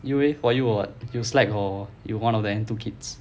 you eh for you were what you slack or you one of the enthusiastic kids